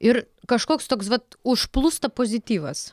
ir kažkoks toks vat užplūsta pozityvas